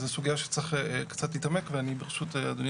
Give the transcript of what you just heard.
זו סוגיה שצריך קצת להתעמק וברשות אדוני